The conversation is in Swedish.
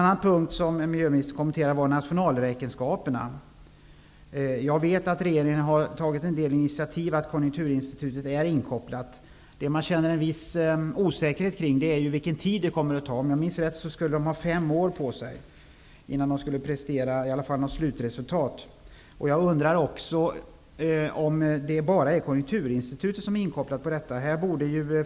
Vidare kommenterade miljöministern nationalräkenskaperna. Jag vet att regeringen har tagit en del initiativ och att Konjunkturinstitutet är inkopplat. Däremot känner jag en viss osäkerhet när det gäller den tid som detta kommer att ta. Om jag minns rätt skulle man behöva ha fem år på sig för att hinna prestera ett slutresultat. Sedan undrar jag om det bara är Konjunkturinstitutet som är inkopplat på detta.